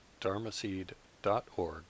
dharmaseed.org